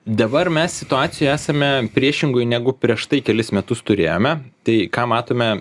dabar mes situacijoj esame priešingoj negu prieš tai kelis metus turėjome tai ką matome